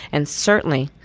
and certainly,